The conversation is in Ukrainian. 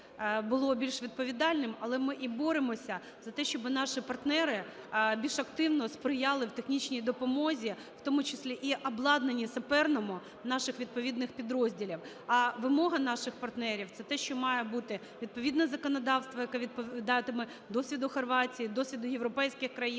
було більш відповідальним. Але ми і боремося за те, щоб наші партнери більш активно сприяли в технічній допомозі, в тому числі і обладнанні саперному наших відповідних підрозділів. А вимоги наших партнерів - це те, що має бути відповідне законодавство, яке відповідатиме досвіду Хорватії, досвіду європейських країн,